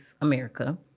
America